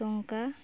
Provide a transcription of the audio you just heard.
ଟଙ୍କା